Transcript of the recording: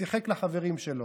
שיחק לחברים שלו,